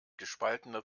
gespaltener